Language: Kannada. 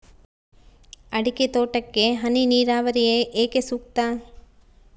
ಅಡಿಕೆ ತೋಟಕ್ಕೆ ಹನಿ ನೇರಾವರಿಯೇ ಏಕೆ ಸೂಕ್ತ?